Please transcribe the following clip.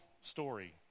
story